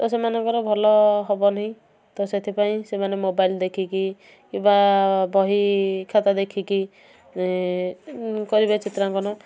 ତ ସେମାନଙ୍କର ଭଲ ହେବନି ତ ସେଥିପାଇଁ ସେମାନେ ମୋବାଇଲ୍ ଦେଖିକି କିବା ବହି ଖାତା ଦେଖିକି କରିବେ ଚିତ୍ରାଙ୍କନ